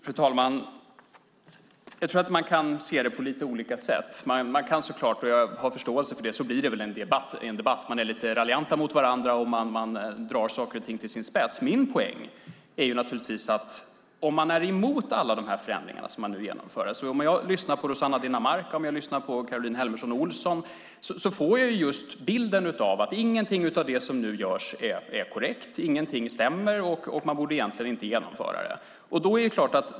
Fru talman! Jag tror att man kan se det på lite olika sätt. Jag har förståelse för att det i en debatt blir så att debattörerna är lite raljanta mot varandra och drar saker och ting till sin spets. Min poäng gäller att man är emot alla de förändringar som nu genomförs. Om jag lyssnar på Rossana Dinamarca eller Caroline Helmersson Olsson får jag bilden av att ingenting av det som nu görs är korrekt, ingenting stämmer, och man borde egentligen inte genomföra det.